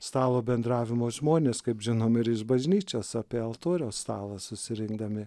stalo bendravimo žmonės kaip žinom ir jis bažnyčios apie altoriaus stalą susirinkdami